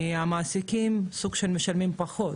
כי המעסיקים סוג של משלמים פחות.